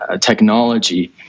technology